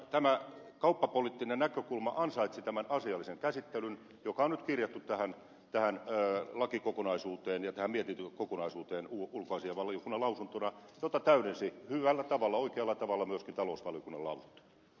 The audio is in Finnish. tämä kauppapoliittinen näkökulma ansaitsi tämän asiallisen käsittelyn joka on nyt kirjattu tähän lakikokonaisuuteen ja tähän mietintökokonaisuuteen ulkoasiainvaliokunnan lausuntona jota täydensi hyvällä tavalla oikealla tavalla myöskin talousvaliokunnan lausunto